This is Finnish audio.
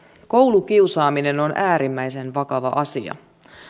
koulukiusaaminen on äärimmäisen vakava asia